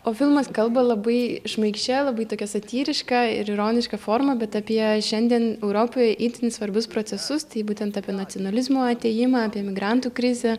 o filmas kalba labai šmaikščia labai tokia satyriška ir ironiška forma bet apie šiandien europoje itin svarbius procesus tai būtent apie nacionalizmo atėjimą apie migrantų krizę